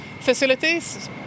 facilities